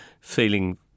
feeling